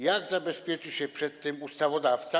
Jak zabezpieczy się przed tym ustawodawca?